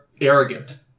arrogant